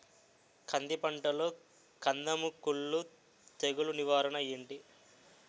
కంది పంటలో కందము కుల్లు తెగులు నివారణ ఏంటి?